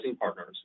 partners